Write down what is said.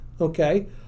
okay